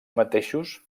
mateixos